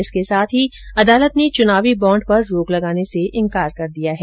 इसके साथ ही अदालत ने चुनावी बॉड पर रोक लगाने से इंकार कर दिया है